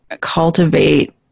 cultivate